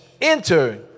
Enter